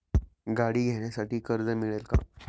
गाडी घेण्यासाठी कर्ज मिळेल का?